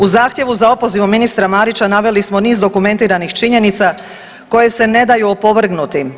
U zahtjevu za opozivom ministra Marića naveli smo niz dokumentiranih činjenica, koje se ne daju opovrgnuti.